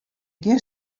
gjin